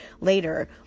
later